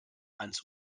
ans